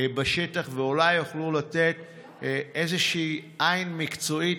בשטח ואולי יוכלו לתת איזושהי עין מקצועית,